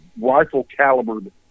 rifle-calibered